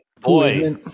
boy